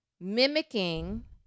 mimicking